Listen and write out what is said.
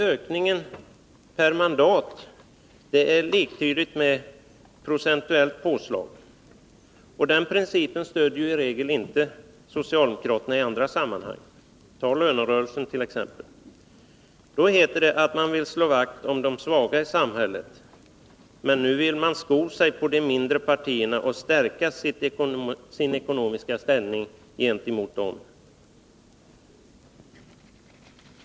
Ökningen per mandat är liktydig med ett procentuellt påslag. Men den principen stöder socialdemokraterna i regel inte i andra sammanhang — ta lönerörelserna t.ex.! Då heter det att man vill slå vakt om de svaga i samhället. Nu vill man däremot sko sig på de mindre partiernas bekostnad och stärka sin ekonomiska ställning gentemot dem.